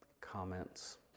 comments